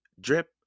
drip